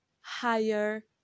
higher